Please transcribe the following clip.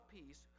peace